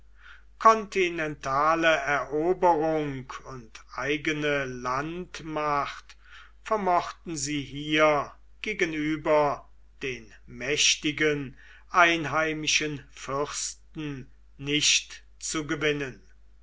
kontinentale eroberung und eigene landmacht vermochten sie hier gegenüber den mächtigen einheimischen fürsten nicht zu gewinnen